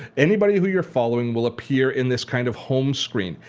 anybody who you're following will appear in this kind of home screen.